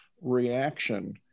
reaction